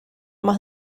más